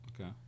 Okay